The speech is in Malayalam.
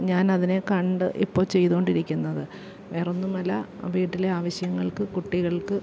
ഞാനതിനെ കണ്ട് ഇപ്പോൾ ചെയ്തുകൊണ്ടിരിക്കുന്നത് വേറൊന്നുമല്ല വീട്ടിലെ ആവശ്യങ്ങൾക്ക് കുട്ടികൾക്ക്